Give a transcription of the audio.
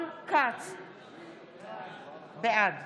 בעד